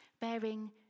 bearing